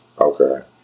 Okay